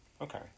Okay